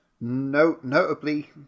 notably